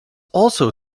also